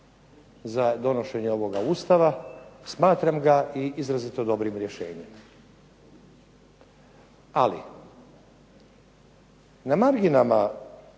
za donošenje ovoga Ustava, smatram ga i izrazito dobrim rješenjem. Ali na marginama